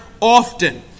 often